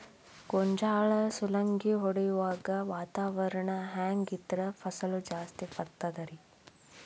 ಗೋಂಜಾಳ ಸುಲಂಗಿ ಹೊಡೆಯುವಾಗ ವಾತಾವರಣ ಹೆಂಗ್ ಇದ್ದರ ಫಸಲು ಜಾಸ್ತಿ ಬರತದ ರಿ?